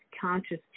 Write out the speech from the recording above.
conscious